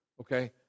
okay